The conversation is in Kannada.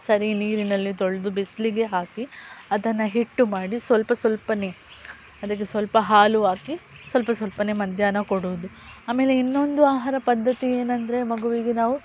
ಸರಿ ನೀರಿನಲ್ಲಿ ತೊಳೆದು ಬಿಸಿಲಿಗೆ ಹಾಕಿ ಅದನ್ನು ಹಿಟ್ಟು ಮಾಡಿ ಸ್ವಲ್ಪ ಸ್ವಲ್ಪನೇ ಅದಕ್ಕೆ ಸ್ವಲ್ಪ ಹಾಲು ಹಾಕಿ ಸ್ವಲ್ಪ ಸ್ವಲ್ಪನೇ ಮದ್ಯಾಹ್ನ ಕೊಡುವುದು ಆಮೇಲೆ ಇನ್ನೊಂದು ಆಹಾರ ಪದ್ಧತಿ ಏನೆಂದರೆ ಮಗುವಿಗೆ ನಾವು